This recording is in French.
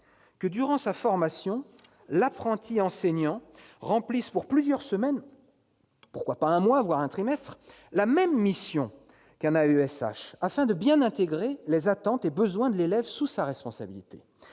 : durant sa formation, l'apprenti enseignant remplirait pour plusieurs semaines- pourquoi pas pour un mois, voire pour un trimestre ? -la même mission qu'un AESH, afin de bien intégrer les attentes et les besoins de l'élève qui se trouve sous sa responsabilité.